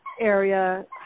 area